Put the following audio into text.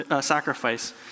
sacrifice